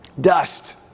dust